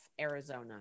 Arizona